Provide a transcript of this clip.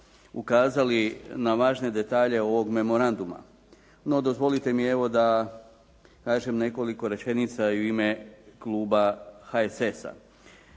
ukazali na važne detalje ovog memoranduma. No, dozvolite mi evo da kažem nekoliko rečenica i u ime kluba HSS-a.